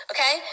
Okay